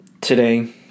Today